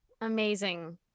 amazing